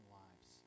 lives